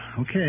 okay